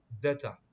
data